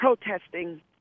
protesting